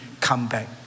comeback